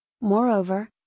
Moreover